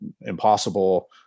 impossible